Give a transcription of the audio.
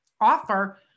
offer